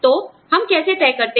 तो हम कैसे तय करते हैं